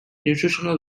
nutritional